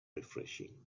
refreshing